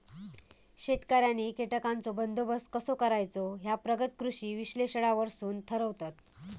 शेतकऱ्यांनी कीटकांचो बंदोबस्त कसो करायचो ह्या प्रगत कृषी विश्लेषणावरसून ठरवतत